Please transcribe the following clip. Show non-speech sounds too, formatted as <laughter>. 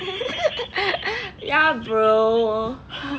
<laughs> ya bro